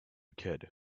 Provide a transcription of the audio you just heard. kid